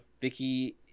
Vicky